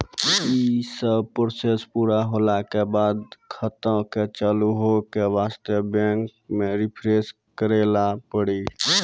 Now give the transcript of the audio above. यी सब प्रोसेस पुरा होला के बाद खाता के चालू हो के वास्ते बैंक मे रिफ्रेश करैला पड़ी?